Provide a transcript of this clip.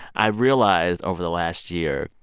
i realized over the last year,